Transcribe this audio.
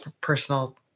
personal